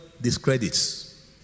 discredits